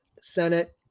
Senate